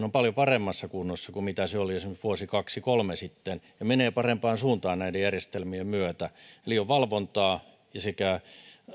on paljon paremmassa kunnossa kuin mitä se oli esimerkiksi vuosi kaksi kolme sitten ja menee parempaan suuntaan näiden järjestelmien myötä eli on valvontaa sekä